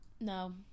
no